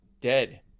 dead